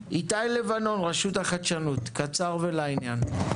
איתי לבנון, רשות החדשנות, קצר ולעניין.